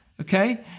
Okay